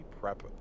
prep